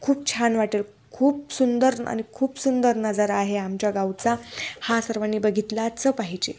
खूप छान वाटेल खूप सुंदर आणि खूप सुंदर नजारा आहे आमच्या गावचा हा सर्वांनी बघितलाच पाहिजे